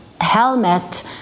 helmet